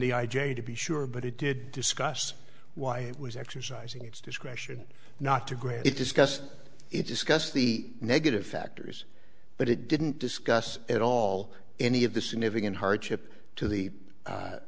a to be sure but it did discuss why it was exercising its discretion not to grant it discussed it discuss the negative factors but it didn't discuss at all any of the significant hardship to the